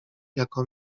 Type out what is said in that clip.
jako